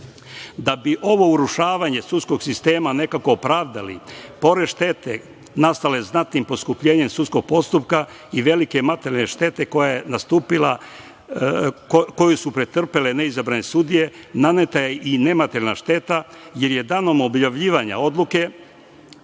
bi urušavanje sudskog sistema nekako pravdali, pored štete nastale znatnim poskupljenjem sudskog postupka i velike materijalne štete koja je nastupila, koju su pretrpele neizabrane sudije, naneta je i nematerijalna šteta jer je danom objavljivanja odluke